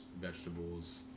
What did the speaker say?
vegetables